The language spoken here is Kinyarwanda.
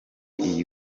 iyi